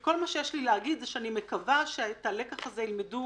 כל מה שיש לי להגיד הוא שאני מקווה שאת הלקח הזה ילמדו